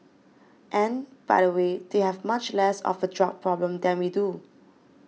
and by the way they have much less of a drug problem than we do